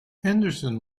henderson